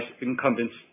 incumbents